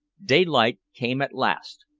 daylight came at last,